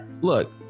look